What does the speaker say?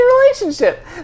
relationship